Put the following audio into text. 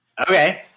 Okay